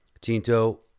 Tinto